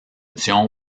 dion